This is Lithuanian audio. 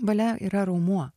valia yra raumuo